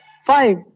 five